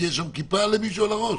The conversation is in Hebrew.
כי יש שם כיפה למישהו על הראש?